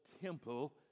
temple